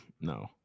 No